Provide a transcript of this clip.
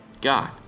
God